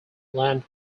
land